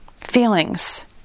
feelings